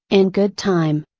in good time.